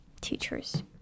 teachers